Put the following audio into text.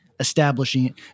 establishing